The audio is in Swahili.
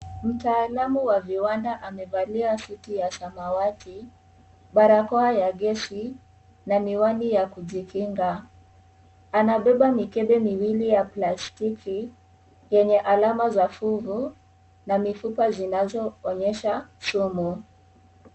Mtaalamu wa viwanda amevalia suti ya samawati, barakoa ya gesi na miwani ya kujikinga. Anabeba mikebe miwili ya plastiki yenye alama za fugo na mifupa zinazoonyesha sumu.